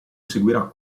seguirà